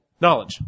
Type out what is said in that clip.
Knowledge